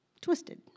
twisted